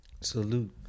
Salute